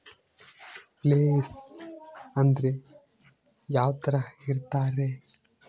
Place ಅಂದ್ರೆ ಯಾವ್ತರ ಇರ್ತಾರೆ?